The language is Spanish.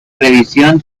revisión